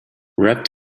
wrapped